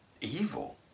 evil